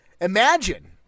imagine